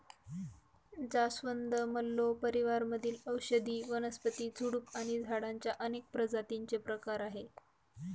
जास्वंद, मल्लो परिवार मधील औषधी वनस्पती, झुडूप आणि झाडांच्या अनेक प्रजातींचे प्रकार आहे